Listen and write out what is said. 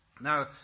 Now